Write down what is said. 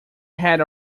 had